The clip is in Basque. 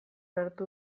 hartu